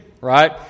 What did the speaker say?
right